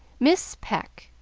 miss pecq.